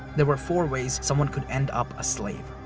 there were four ways someone could end up a slave.